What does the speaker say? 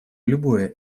любое